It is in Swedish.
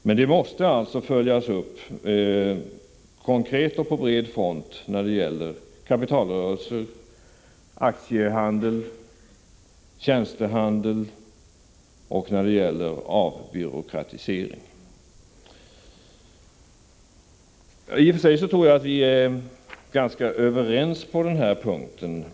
Men det måste följas upp, konkret och på bred front, när det gäller kapitalrörelser, aktiehandel, tjänstehandel och när det gäller avbyråkratisering. Jag tror i och för sig att vi är någorlunda överens på den här punkten.